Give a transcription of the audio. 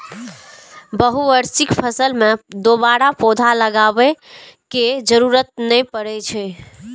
बहुवार्षिक फसल मे दोबारा पौधा लगाबै के जरूरत नै पड़ै छै